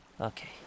Okay